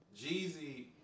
Jeezy